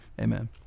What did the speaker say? Amen